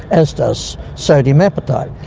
as does sodium appetite.